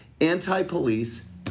Anti-Police